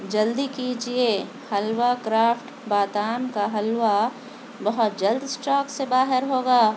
جلدی کیجیے حلوہ کرافٹ بادام کا حلوہ بہت جلد اسٹاک سے باہر ہوگا